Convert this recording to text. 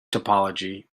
topology